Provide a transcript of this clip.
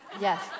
Yes